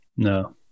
No